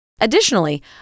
Additionally